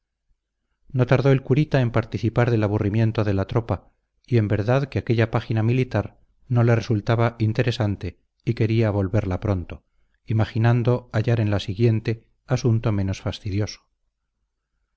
no tardó el curita en participar del aburrimiento de la tropa y en verdad que aquella página militar no le resultaba interesante y quería volverla pronto imaginando hallar en la siguiente asunto menos fastidioso